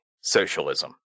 socialism